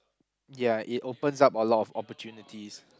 ya it opens up a lot of opportunities